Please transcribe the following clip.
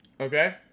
Okay